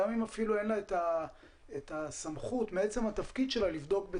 גם אם אפילו אין לה את הסמכות אבל מעצם התפקיד שלה לבדוק כל